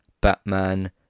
Batman